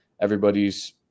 everybody's